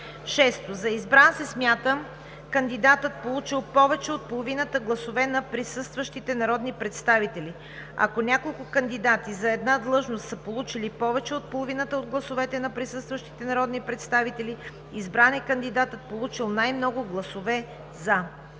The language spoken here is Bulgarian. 6. За избран се смята кандидатът, получил повече от половината от гласовете на присъстващите народни представители. Ако няколко кандидати за една длъжност са получили повече от половината от гласовете на присъстващите народни представители, избран е кандидатът, получил най-много гласове „за“.